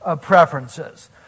preferences